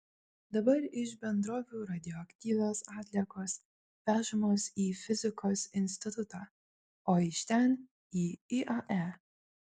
dabar iš bendrovių radioaktyvios atliekos vežamos į fizikos institutą o iš ten į iae